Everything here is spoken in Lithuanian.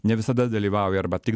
ne visada dalyvauja arba tik